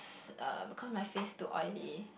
uh because my face too oily